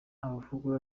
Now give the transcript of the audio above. amafunguro